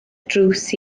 drws